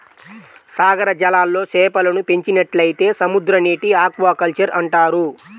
సాగర జలాల్లో చేపలను పెంచినట్లయితే సముద్రనీటి ఆక్వాకల్చర్ అంటారు